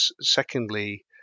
secondly